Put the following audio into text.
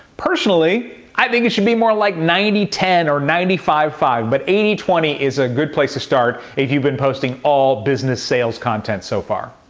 personally i think it should be more like ninety ten or ninety five five, but eighty twenty is a good place to start if you've been posting all business sales content so far.